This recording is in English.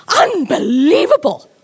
Unbelievable